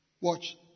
Watch